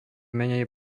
menej